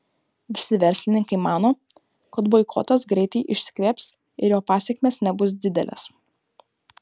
visi verslininkai mano kad boikotas greitai išsikvėps ir jo pasekmės nebus didelės